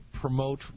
promote